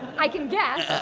i can yeah